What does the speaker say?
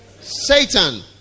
Satan